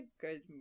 good